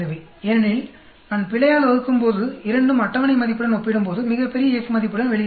ஏனெனில் நான் பிழையால் வகுக்கும்போது இரண்டும் அட்டவணை மதிப்புடன் ஒப்பிடும்போது மிகப் பெரிய F மதிப்புடன் வெளியே வருகிறது